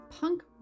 punk